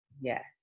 Yes